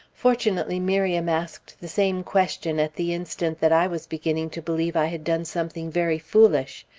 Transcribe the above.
fortunately miriam asked the same question at the instant that i was beginning to believe i had done something very foolish.